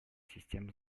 систем